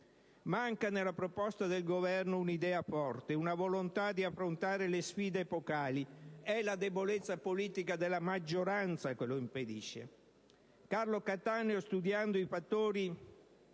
Manca nella proposta del Governo un'idea forte, la volontà di affrontare le sfide epocali. È la debolezza politica della maggioranza che lo impedisce. Carlo Cattaneo, studiando i fattori